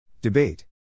Debate